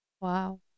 Wow